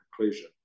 conclusion